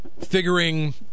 figuring